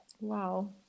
Wow